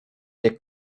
nie